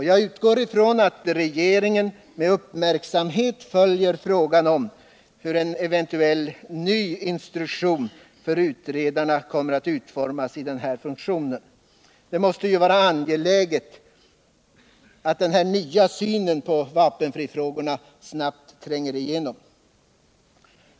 Jag utgår ifrån att regeringen med uppmärksamhet följer frågan om en eventuell ny instruktion för utredarna i deras nya funktion. Det måste ju vara angeläget att denna nya syn på vapenfrifrågorna snabbt tränger igenom.